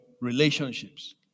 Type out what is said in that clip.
relationships